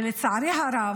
ולצערי הרב,